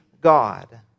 God